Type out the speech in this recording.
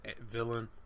villain